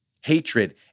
Hatred